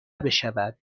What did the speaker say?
بشود